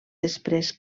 després